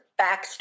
backstory